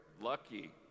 lucky